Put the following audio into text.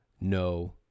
no